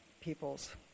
people's